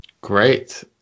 Great